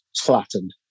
flattened